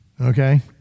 Okay